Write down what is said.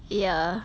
ya